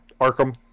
Arkham